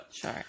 Sure